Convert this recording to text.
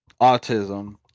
autism